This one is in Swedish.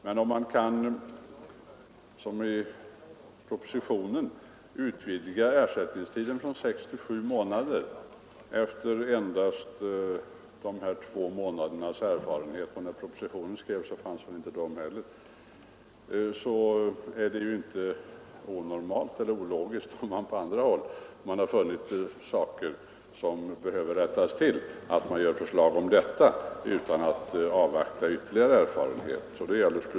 Men om man, såsom det föreslås i propositionen, kan utvidga ersättningstiden från sex till sju månader efter endast två månaders erfarenhet — när propositionen skrevs hade man inte ens den erfarenheten — är det inte ologiskt att det föreslås att andra saker som befunnits vara oriktiga rättas till utan att ytterligare erfarenhet avvaktas.